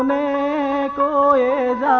ah a qu in